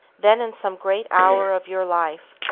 then, in some great hour of your life,